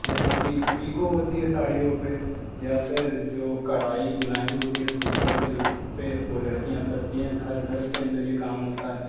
جیسے کہ پیکو ہوتی ہے ساڑیوں پہ یا پھر جو کڑھائی بنائی ہوتی ہے سوٹوں کے پہ وہ لڑکیاں کرتی ہیں گھر گھر کے اندر یہ کام ہوتا ہے